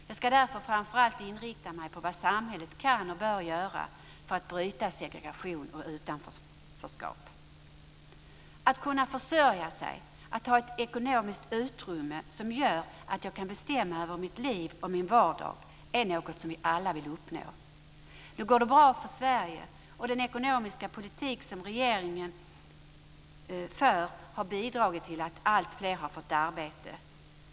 Jag ska därför framför allt inrikta mig på vad samhället kan och bör göra för att bryta segregation och utanförskap. Att kunna försörja sig, att ha ett ekonomiskt utrymme som gör att jag kan bestämma över mitt liv och min vardag är något som vi alla vill uppnå. Nu går det bra för Sverige, och den ekonomiska politik som regeringen för har bidragit till att alltfler har fått arbete.